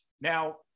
Now